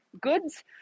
goods